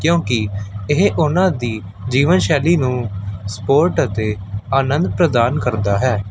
ਕਿਉਂਕਿ ਇਹ ਉਹਨਾਂ ਦੀ ਜੀਵਨ ਸ਼ੈਲੀ ਨੂੰ ਸਪੋਰਟ ਅਤੇ ਆਨੰਦ ਪ੍ਰਦਾਨ ਕਰਦਾ ਹੈ